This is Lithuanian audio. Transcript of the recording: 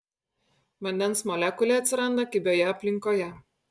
vandens molekulė atsiranda kibioje aplinkoje